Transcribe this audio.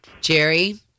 Jerry